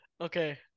Okay